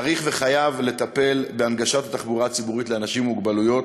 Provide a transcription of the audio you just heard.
צריך וחייבים לטפל בהנגשת התחבורה הציבורית לאנשים עם מוגבלות,